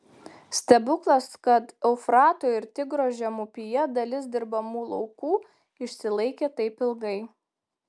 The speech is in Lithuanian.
stebuklas kad eufrato ir tigro žemupyje dalis dirbamų laukų išsilaikė taip ilgai